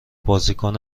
بازیکن